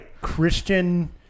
Christian